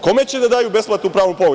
Kome će da daju besplatnu pravnu pomoć?